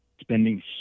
spending